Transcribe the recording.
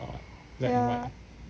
ya